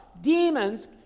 demons